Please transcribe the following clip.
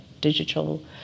digital